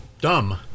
Dumb